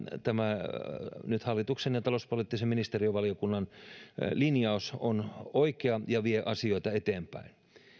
tämä hallituksen ja talouspoliittisen ministeriövaliokunnan linjaus on oikea ja vie asioita eteenpäin